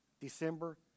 December